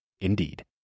indeed